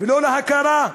ולא להכרה.